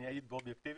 אני אעיד באובייקטיביות.